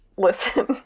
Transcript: listen